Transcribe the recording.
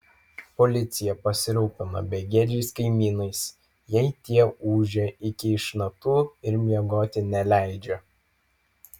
policija pasirūpina begėdžiais kaimynais jei tie ūžia iki išnaktų ir miegoti neleidžia